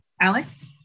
Alex